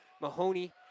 Mahoney